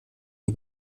die